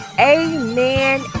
Amen